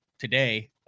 today